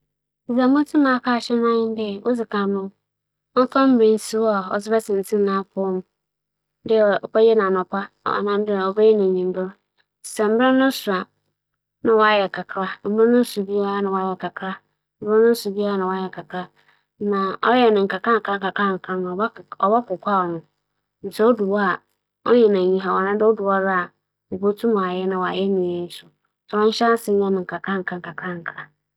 Sɛ me nyɛnko bi pɛ dɛ ͻtsentsen n'apͻw mu na mbom onnya biribiara ͻhyɛ no nkuran a, mususu dɛ odzi kan no, ͻbɛfa no "phone" na ͻahwehwɛ mbrɛ nkorͻfo esi atsentsen hͻn apͻw mu nna mfaso a ͻdze aberɛ hͻn nyimpadua. Sɛ otsietsie kͻ do a, ͻbɛhyɛ no kutupa ma ͻayɛ. ͻno ekyir no, ͻwͻ dɛ ͻhyɛ ase nkakrankra. Sɛ ͻhyɛ ase nkakrankra a nna obotum ͻayɛ no kɛse.